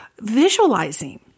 visualizing